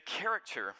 character